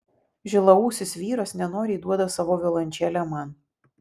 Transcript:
žilaūsis vyras nenoriai duoda savo violončelę man